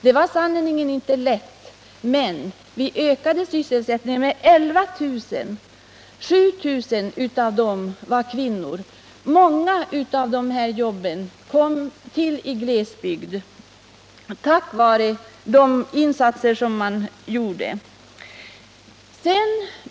Det var sannerligen inte lätt, men vi ökade sysselsättningen med 11 000. 7 000 av dessa var kvinnor. Många av de här jobben kom till i glesbygd tack vare de insatser man gjorde.